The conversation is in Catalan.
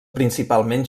principalment